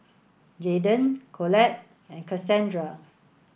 Jaeden Collette and Kassandra